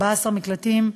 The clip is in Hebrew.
14 מקלטים,